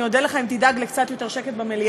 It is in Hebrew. אני אודה לך אם תדאג לקצת יותר שקט במליאה.